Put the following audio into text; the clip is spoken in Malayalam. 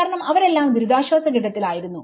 കാരണം അവരെല്ലാം ദുരിതാശ്വാസ ഘട്ടത്തിൽ ആയിരുന്നു